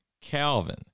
Calvin